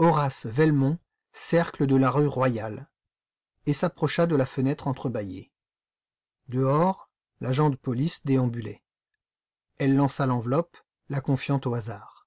horace velmont cercle de la rue royale et s'approcha de la fenêtre entre-bâillée dehors l'agent de police déambulait elle lança l'enveloppe la confiant au hasard